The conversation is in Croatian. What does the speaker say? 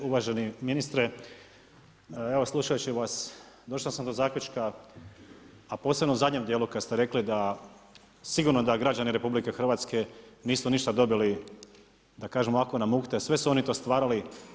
Uvaženi ministre, evo slušajući vas došao sam do zaključka a posebno u zadnjem djelu kad ste rekli da sigurno da građani RH nisu ništa dobili, da kažem ovako na mukte, sve su oni to stvarali.